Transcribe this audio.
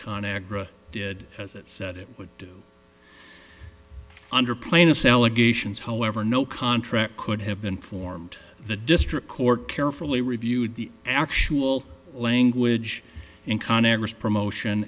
con agra did as it said it would do under plaintiffs allegations however no contract could have been formed the district court carefully reviewed the actual language in congress promotion